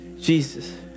Jesus